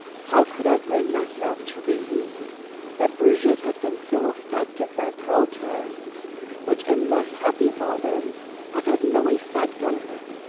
how could i bring myself to believe that brigitte had been so affected by protests which, in less happy moments, had had no effect on her?